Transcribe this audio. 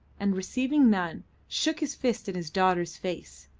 and receiving none shook his fist in his daughter's face.